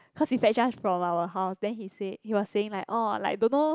because he's like just from our house then he say he was saying like don't know